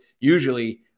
usually –